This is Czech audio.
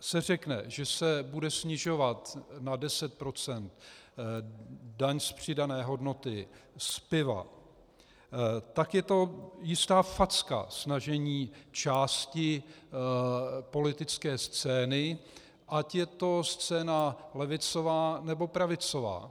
se řekne, že se bude snižovat na 10 % daň z přidané hodnoty z piva, tak je to jistá facka snažení části politické scény, ať je to scéna levicová, nebo pravicová.